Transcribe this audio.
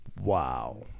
wow